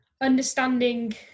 understanding